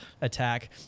attack